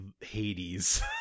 Hades